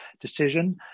decision